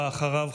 ואחריו,